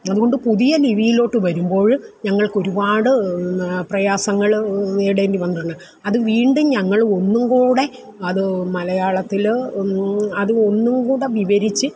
അതുകൊണ്ട് പുതിയ ലിപിയിലോട്ട് വരുമ്പോഴ് ഞങ്ങൾക്കൊരുപാട് പ്രയാസങ്ങള് നേരിടേണ്ടി വരുന്നുണ്ട് അത് വീണ്ടും ഞങ്ങള് ഒന്നുംകൂടെ അത് മലയാളത്തിലോ അത് ഒന്നുംകൂടെ വിവരിച്ച്